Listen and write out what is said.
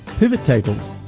pivot tables,